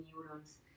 neurons